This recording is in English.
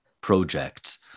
projects